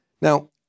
Now